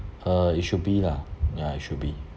uh it should be lah ya it should be